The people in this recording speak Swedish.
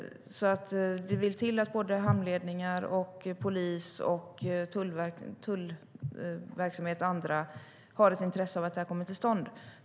Det vill alltså till att såväl hamnledningar och polis som tullverksamhet och andra har ett intresse av att det här kommer till stånd.